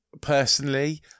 personally